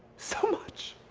so much.